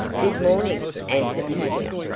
good morning, answered tavia,